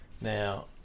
Now